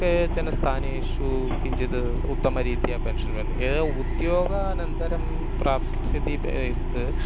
केचन स्थानेषु किञ्चिद् उत्तमरीत्या पेन्शन् वर्तते एतद् उद्योगानन्तरं प्राप्स्यति एत्